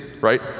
right